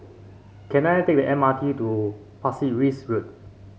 can I take the M R T to Pasir Ris Road